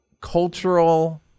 cultural